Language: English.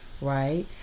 right